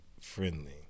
friendly